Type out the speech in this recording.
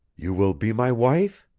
you will be my wife?